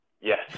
Yes